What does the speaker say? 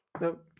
Nope